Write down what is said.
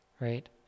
right